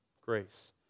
grace